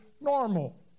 normal